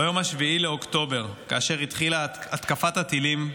ביום 7 באוקטובר, כאשר התחילה התקפת הטילים,